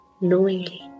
knowingly